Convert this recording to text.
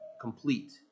complete